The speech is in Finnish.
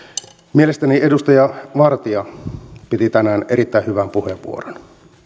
mielestäni edustaja vartia piti tänään erittäin hyvän puheenvuoron